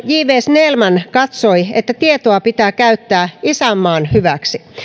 j viiden snellman katsoi että tietoa pitää käyttää isänmaan hyväksi